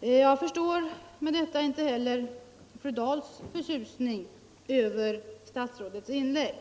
Jag förstår därför inte heller fru Dahls förtjusning över statsrådets inlägg.